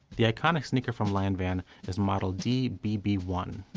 the iconic sneaker from lanvin is model d b b one.